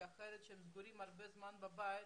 כי כשהם סגורים הרבה זמן בבית